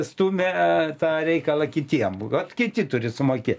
stumia tą reikalą kitiem kad kiti turi sumokėt